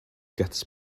gets